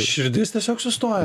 širdis tiesiog sustojo